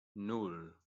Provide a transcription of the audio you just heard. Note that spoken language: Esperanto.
nul